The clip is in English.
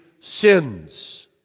sins